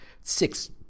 six